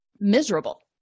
miserable